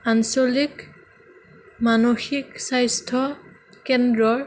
আঞ্চলিক মানসিক স্বাস্থ্য কেন্দ্ৰৰ